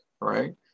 right